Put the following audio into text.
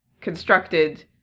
constructed